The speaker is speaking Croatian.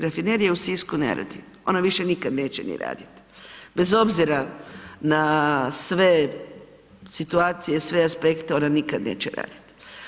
Rafinerija u Sisku ne radi, ona više nikad neće ni radit bez obzira na sve situacije, sve aspekte, ona nikad neće radit.